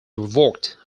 revoked